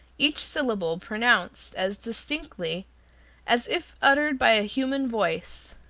each syllable pronounced as distinctly as if uttered by a human voice.